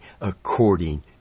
according